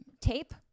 tape